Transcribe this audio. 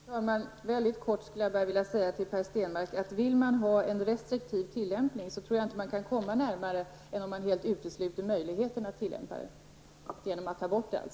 Fru talman! Till Per Stenmarck skulle jag bara mycket kortfattat vilja säga att om man vill ha en restriktiv tillämpning tror jag inte att man kan komma närmare detta än om man helt utesluter möjligheten att tillämpa detta genom att ta bort det.